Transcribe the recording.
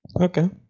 Okay